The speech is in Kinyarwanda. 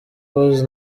close